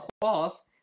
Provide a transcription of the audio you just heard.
cloth